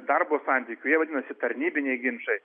darbo santykių jie vadinasi tarnybiniai ginčai